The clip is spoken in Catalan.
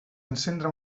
encendre